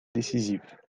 décisive